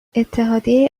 اتحادیه